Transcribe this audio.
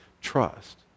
trust